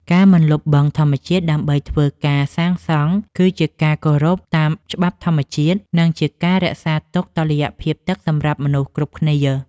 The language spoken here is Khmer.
ការមិនលុបបឹងធម្មជាតិដើម្បីធ្វើការសាងសង់គឺជាគោរពតាមច្បាប់ធម្មជាតិ និងជាការរក្សាទុកតុល្យភាពទឹកសម្រាប់មនុស្សគ្រប់គ្នា។